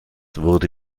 würde